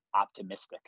optimistic